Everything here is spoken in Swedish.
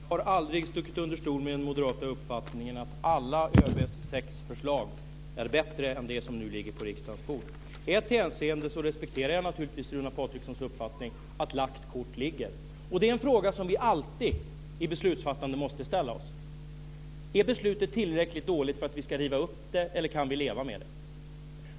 Fru talman! Jag har aldrig stuckit under stol med den moderata uppfattningen att alla ÖB:s sex förslag är bättre än det som nu ligger på riksdagens bord. I ett hänseende respekterar jag naturligtvis Runar Patrikssons uppfattning att lagt kort ligger. Men det här är en fråga som vi alltid måste ställa oss i beslutsfattandet: Är beslutet så dåligt att vi ska riva upp det eller kan vi leva med det?